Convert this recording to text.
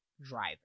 driver